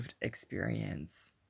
experience